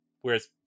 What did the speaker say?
Whereas